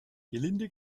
gelinde